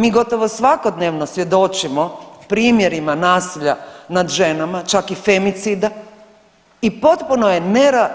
Mi gotovo svakodnevno svjedočimo primjerima nasilja nad ženama, čak i femicida i potpuno je